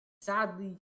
sadly